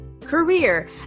career